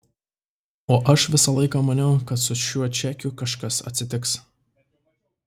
o aš visą laiką maniau kad su šiuo čekiu kažkas atsitiks